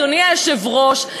אדוני היושב-ראש,